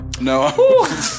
No